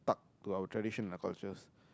to our traditions and cultures